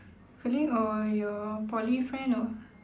colleague or your poly friend or